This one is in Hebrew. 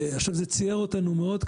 זה ציער אותנו מאוד.